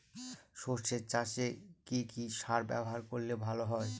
সর্ষে চাসে কি কি সার ব্যবহার করলে ভালো হয়?